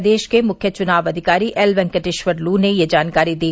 प्रदेश के मुख्य चुनाव अधिकारी एल वेंकटेश्वर लू ने यह जानकारी दी